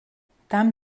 tam